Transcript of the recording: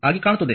ಆಗಿ ಕಾಣುತ್ತದೆ